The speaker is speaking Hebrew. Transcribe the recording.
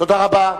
תודה רבה.